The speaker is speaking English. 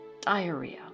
diarrhea